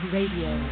Radio